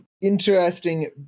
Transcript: interesting